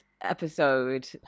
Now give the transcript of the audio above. episode